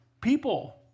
people